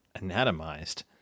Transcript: Anatomized